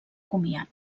comiat